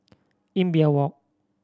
Imbiah Walk